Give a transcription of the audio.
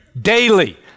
Daily